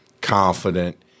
confident